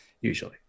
usually